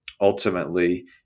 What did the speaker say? ultimately